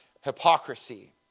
Hypocrisy